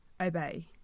obey